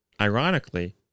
Ironically